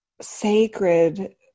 sacred